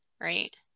right